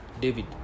David